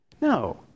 No